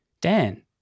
Dan